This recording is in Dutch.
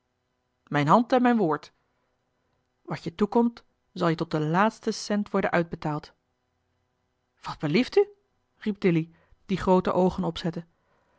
mijn hand en mijn woord wat je toekomt zal je tot den laatsten cent worden uitbetaald wat belieft u riep dilly die groote oogen opzette